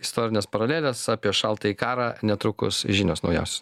istorinės paralelės apie šaltąjį karą netrukus žinios naujausios